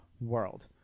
world